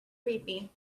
creepy